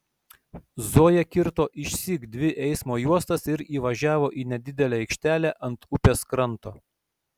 zoja kirto išsyk dvi eismo juostas ir įvažiavo į nedidelę aikštelę ant upės kranto